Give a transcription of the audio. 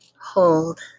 hold